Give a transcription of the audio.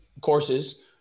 courses